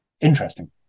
interesting